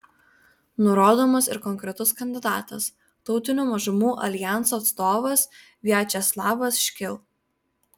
nurodomas ir konkretus kandidatas tautinių mažumų aljanso atstovas viačeslavas škil